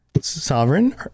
Sovereign